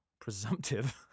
Presumptive